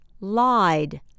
lied